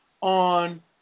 on